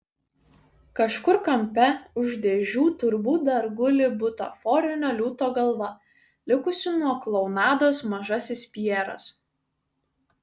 kažkur kampe už dėžių turbūt dar guli butaforinio liūto galva likusi nuo klounados mažasis pjeras